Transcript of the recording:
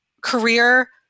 career